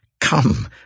Come